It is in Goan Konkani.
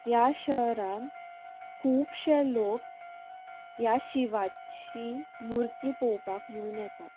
ह्या शहरांत खूबशे लोक ह्या शिवाची मुर्ती पळोवपाक म्हुणून येतात